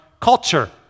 culture